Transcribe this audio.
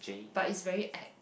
but it's very act